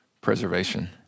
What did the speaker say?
preservation